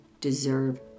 deserve